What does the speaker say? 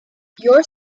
yours